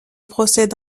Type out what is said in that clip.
procède